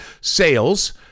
sales